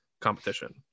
competition